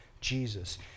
Jesus